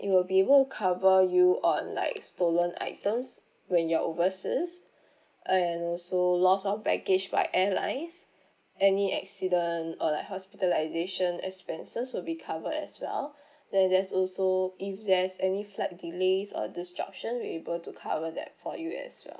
it will be able to cover you on like stolen items when you're overseas and also loss of baggage by airlines any accident or like hospitalisation expenses will be covered as well then there's also if there's any flight delays or disruption we're able to cover that for you as well